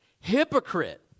Hypocrite